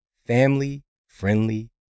family-friendly